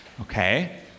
Okay